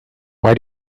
why